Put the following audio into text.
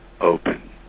open